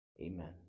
Amen